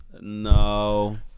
No